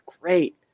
great